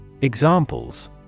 Examples